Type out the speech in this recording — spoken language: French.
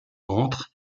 entrent